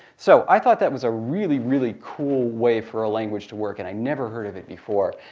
so i thought that was a really, really cool way for a language to work. and i never heard of it before.